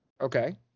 Okay